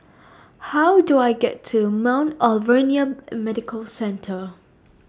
How Do I get to Mount Alvernia Medical Centre